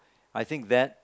I think that